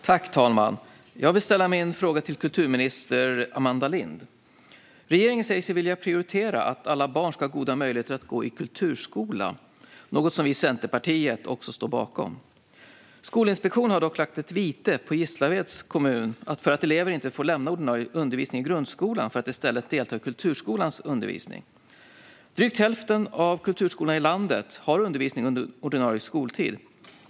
Fru talman! Jag vill ställa min fråga till kulturminister Amanda Lind. Regeringen säger sig vilja prioritera att alla barn ska ha goda möjligheter att gå i kulturskola, något som vi i Centerpartiet står bakom. Skolinspektionen har dock lagt ett vite på Gislaveds kommun för att elever inte får lämna ordinarie undervisning i grundskolan för att i stället delta i kulturskolans undervisning. Drygt hälften av kulturskolorna i landet har undervisning under ordinarie skoltid.